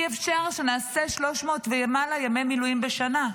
אי-אפשר שנעשה 300 ומעלה ימי מילואים בשנה,